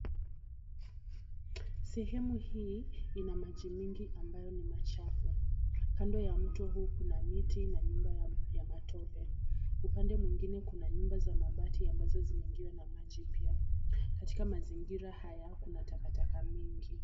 Sehemu hii ina maji mingi ambayo ni machafu. Kando ya mto huu kuna miti na nyumba ya matope. Upande mwengine kuna nyumba za mabati ambazo zimeingiwa na maji pia. Katika mazingira haya kuna takataka mingi.